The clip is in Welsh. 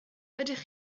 ydych